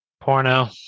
Porno